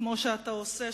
כמו שאתה עושה,